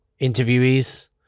interviewees